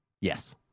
Yes